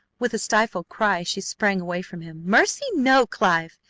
with a stifled cry she sprang away from him. mercy, no, clive!